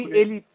ele